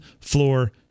floor